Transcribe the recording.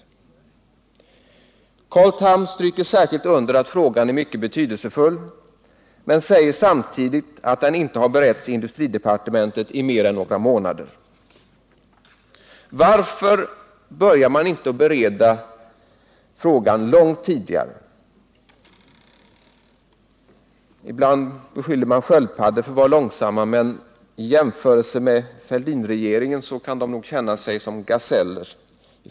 Carl Tham stryker särskilt under att frågan är mycket betydelsefull men säger samtidigt att den inte beretts i industridepartementet i mer än några månader. Varför började man inte bereda frågan långt tidigare? Ibland beskyller man sköldpaddor för att vara långsamma, men i jämförelse med Fälldinregeringen kan de nog känna sig som gaseller.